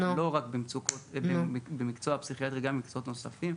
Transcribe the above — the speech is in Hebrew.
לא רק במקצוע הפסיכיאטריה אלא גם במקצועות נוספים.